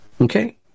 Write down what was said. Okay